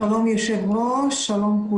שלום לכולם.